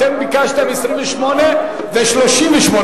אתם ביקשתם סעיפים 28 ו-38.